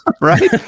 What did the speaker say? right